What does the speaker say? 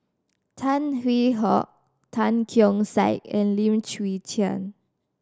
Tan Hwee Hock Tan Keong Saik and Lim Chwee Chian